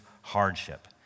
hardship